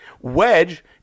Wedge